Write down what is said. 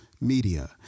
media